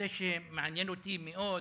בנושא שמעניין אותי מאוד,